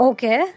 Okay